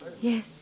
Yes